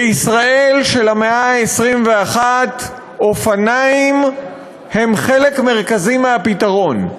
בישראל של המאה ה-21 אופניים הם חלק מרכזי מהפתרון.